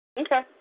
Okay